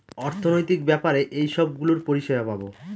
অর্থনৈতিক ব্যাপারে এইসব গুলোর পরিষেবা পাবো